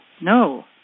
No